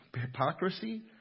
hypocrisy